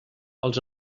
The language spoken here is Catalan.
els